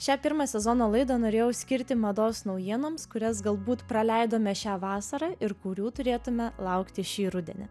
šią pirmą sezono laidą norėjau skirti mados naujienoms kurias galbūt praleidome šią vasarą ir kurių turėtumėme laukti šį rudenį